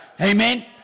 Amen